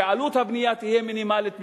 שעלות הבנייה תהיה מינימלית בשבילו.